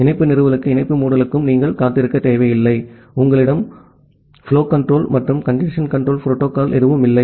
இணைப்பு நிறுவலுக்கும் இணைப்பு மூடலுக்கும் நீங்கள் காத்திருக்கத் தேவையில்லை உங்களிடம் ஓட்டம் கன்ட்ரோல் மற்றும் கஞ்சேஸ்ன் கன்ட்ரோல் புரோட்டோகால் எதுவும் இல்லை